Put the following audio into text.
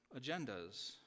agendas